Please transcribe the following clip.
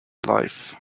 life